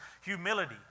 Humility